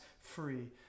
free